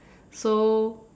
so